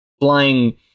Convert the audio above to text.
flying